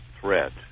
threat